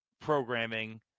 programming